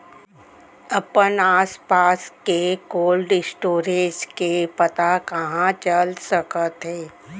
अपन आसपास के कोल्ड स्टोरेज के पता कहाँ चल सकत हे?